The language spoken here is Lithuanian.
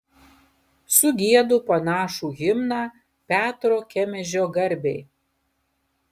sugiedu panašų himną petro kemežio garbei